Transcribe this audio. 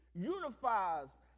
unifies